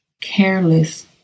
careless